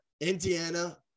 Indiana